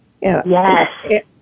Yes